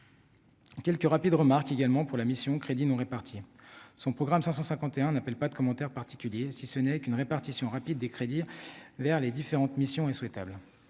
quelques rapides remarque également pour la mission Crédits non répartis son programme 551 n'appelle pas de commentaire particulier, si ce n'est qu'une répartition rapide des crédits vers les différentes missions et souhaitable